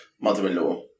mother-in-law